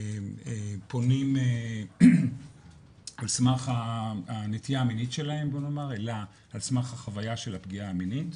פונים על סמך הנטייה המינית שלהם אלא על סמך החוויה הפגיעה המינית,